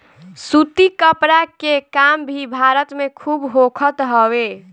सूती कपड़ा के काम भी भारत में खूब होखत हवे